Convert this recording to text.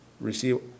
receive